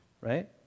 right